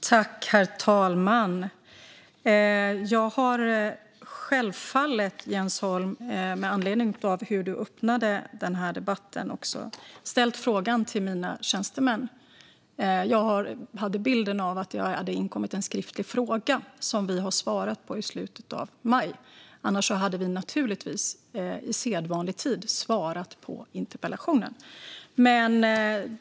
Herr talman! Jag har självklart, Jens Holm, med anledning av hur du öppnade debatten, ställt frågan till mina tjänstemän. Jag hade bilden av att det hade inkommit en skriftlig fråga, som vi svarade på i slutet av maj. Annars hade vi naturligtvis i sedvanlig tid svarat på interpellationen.